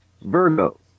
Virgo